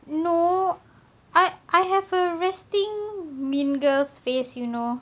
no I I have a resting mingles face you know